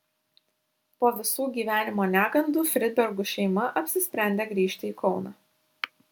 po visų gyvenimo negandų fridbergų šeima apsisprendė grįžti į kauną